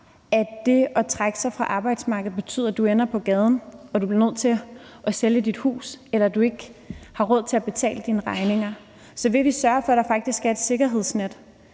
at det at trække sig fra arbejdsmarkedet betyder, at du ender på gaden og du bliver nødt til at sælge dit hus, eller at du ikke har råd til at betale dine regninger. Så vil vi sørge for, at der faktisk er et sikkerhedsnet,